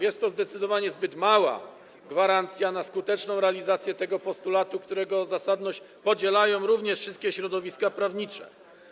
Jest to zdecydowanie zbyt mała gwarancja na skuteczną realizację tego postulatu, którego zasadność podzielają również wszystkie środowiska prawnicze.